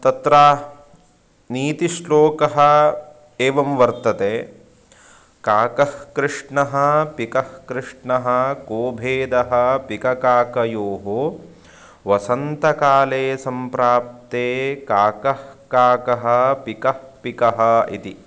तत्र नीतिश्लोकः एवं वर्तते काकः कृष्णः पिकः कृष्णः को भेदः पिककाकयोः वसन्तकाले सम्प्राप्ते काकः काकः पिकः पिकः इति